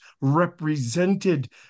represented